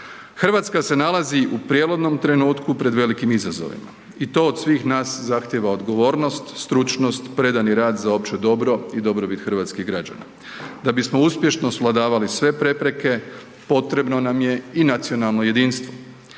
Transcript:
Hrvatska se nalazi u prijelomnom trenutku pred velikim izazovima i to od svih nas zahtijeva odgovornost, stručnost, predani rad za opće dobro i dobrobit hrvatskih građana. Da bismo uspješno svladavali sve prepreke, potrebno nam je i nacionalno jedinstvo.